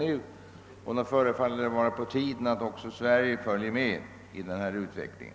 Nog förefaller det vara på tiden att Sverige följer med i denna utveckling.